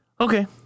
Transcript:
okay